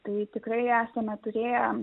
tai tikrai esame turėję